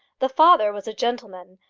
the father was a gentleman,